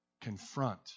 confront